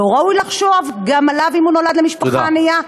לא ראוי לחשוב גם עליו, אם הוא נולד למשפחה ענייה?